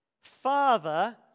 Father